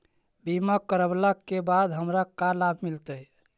बीमा करवला के बाद हमरा का लाभ मिलतै?